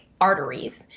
arteries